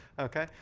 ok.